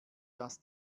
dass